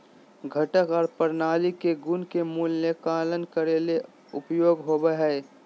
घटक आर प्रणाली के गुण के मूल्यांकन करे ले उपयोग होवई हई